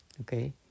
Okay